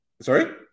sorry